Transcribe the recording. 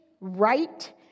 right